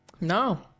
No